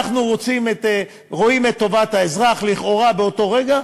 אנחנו רואים את טובת האזרח לכאורה באותו רגע,